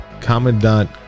Commandant